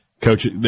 Coach